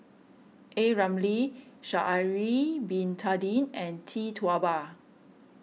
a Ramli Sha'ari Bin Tadin and Tee Tua Ba